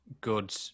good